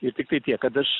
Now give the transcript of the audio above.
ir tiktai tiek kad aš